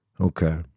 Okay